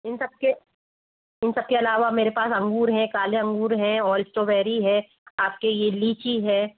इन सबके इन सबके अलावा मेरे पास अंगूर हैं काले अंगूर हैं और इस्टॉबेरी है आपके ये लीची है